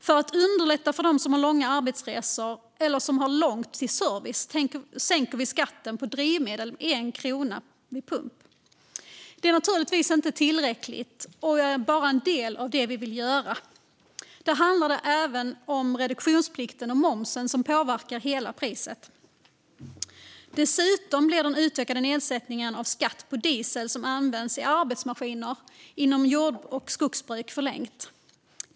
För att underlätta för dem som har långa arbetsresor eller långt till service sänker vi skatten på drivmedel med 1 krona vid pump. Det är naturligtvis inte tillräckligt, och det är bara en del av det vi vill göra. Där handlar det även om reduktionsplikten och momsen, som påverkar totalpriset. Dessutom förlängs den utökade nedsättningen av skatt på diesel som används i arbetsmaskiner inom jord och skogsbruket.